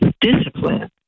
discipline